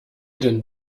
denn